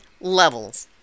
levels